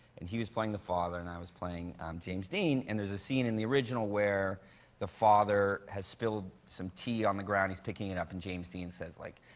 and he was playing the father and i was playing james dean and there is a scene in the original where the father has spilled some tea on the ground, is he picking it up and james dean says like,